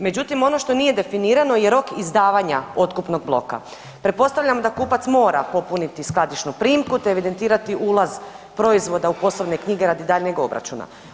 Međutim, ono što nije definirano je rok izdavanja otkupnog bloka, pretpostavljam da kupac mora popuniti skladišnu primku te evidentirati ulaz proizvoda u poslovne knjige radi daljnjeg obračuna.